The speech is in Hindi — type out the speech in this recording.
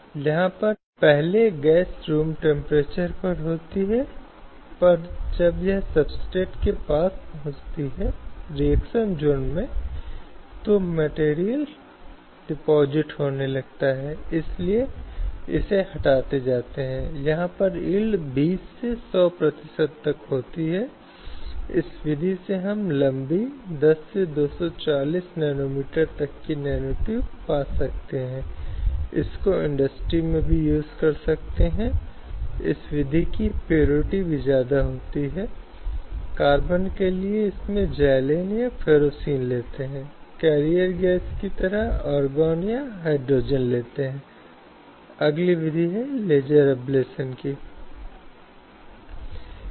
और इसलिए एक तरह की संघर्ष की स्थिति पैदा होती है मैं इस विचार को सामने रखने की मंशा जानती हूं कि यह हमेशा संघर्ष होता है और कभी ऐसा होता है कि पुरुष बनाम महिला मुद्दा यह पुरुष नहीं है या महिला विकास की प्रक्रिया में महत्वपूर्ण एजेंट नहीं है क्योंकि यह दोनों एक साथ है जो प्रगति के रूप में है और इसलिए मैं कहीं भी नहीं सोच रही हूं कि यह दूसरे के खिलाफ है हालांकि कई स्थितियों में यह देखा गया है कि यह अस्वीकार्यता है हमारी स्वीकृति महिलाओं की वहां नहीं है और वह कार्यस्थल पर लिंग पूर्वाग्रह और भेदभाव पूर्ण प्रथाओं के विभिन्न रूपों की ओर जाता है